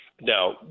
Now